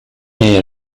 air